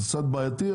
זה קצת בעייתי,